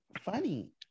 funny